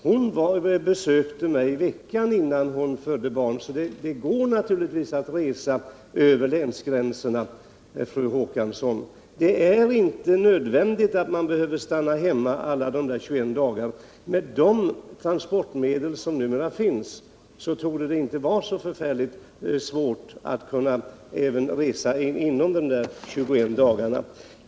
Hon besökte mig veckan innan hon födde, så det går naturligtvis att resa över länsgränserna, och det är inte nödvändigt att stanna hemma under alla de 21 dagarna. Med de transportmedel som numera finns torde det inte vara så förfärligt svårt att resa även under de dagarna.